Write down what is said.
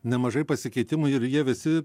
nemažai pasikeitimų ir jie visi